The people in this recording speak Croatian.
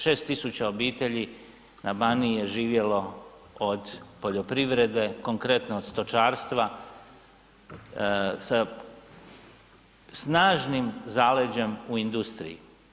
6 tisuća obitelji, na Baniji je živjelo od poljoprivrede, konkretno od stočarstva sa snažnim zaleđem u industriji.